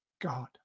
God